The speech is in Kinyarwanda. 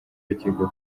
bakeka